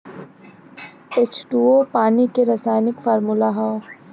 H two O पानी के रासायनिक फार्मूला हौ